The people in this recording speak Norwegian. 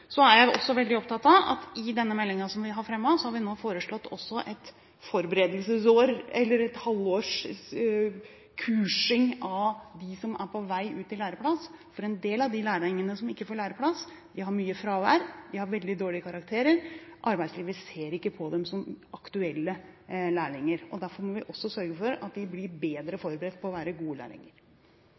vi har fremmet, har vi også foreslått et forberedelsesår, eller et halvt års kursing av dem som er på vei ut i læreplass. For en del av de lærlingene som ikke får læreplass, har mye fravær og veldig dårlige karakterer, og arbeidslivet ser ikke på dem som aktuelle lærlinger. Derfor må vi sørge for at disse blir bedre forberedt på å være gode lærlinger.